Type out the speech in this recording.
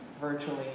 virtually